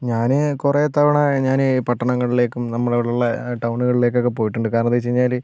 ഞാൻ കുറെ തവണ ഞാൻ പട്ടണങ്ങളിലേക്കും നമ്മടവിടുള്ള ടൗണുകളിലേക്കൊക്കേ പോയിട്ടുണ്ട് കാരണം എന്താന്ന് വെച്ച് കഴിഞ്ഞാൽ